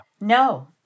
No